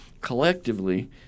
collectively